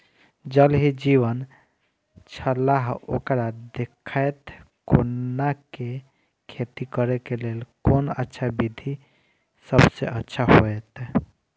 ज़ल ही जीवन छलाह ओकरा देखैत कोना के खेती करे के लेल कोन अच्छा विधि सबसँ अच्छा होयत?